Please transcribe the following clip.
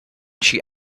she